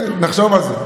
נחשוב על זה.